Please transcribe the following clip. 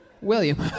William